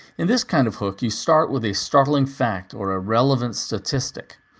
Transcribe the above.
in this kind of hook, you start with a startling fact or ah relevant statistic.